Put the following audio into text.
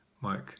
Mike